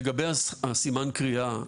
לגבי הסימן קריאה,